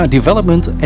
Development